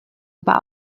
aber